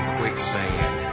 quicksand